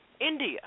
India